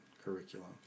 curriculum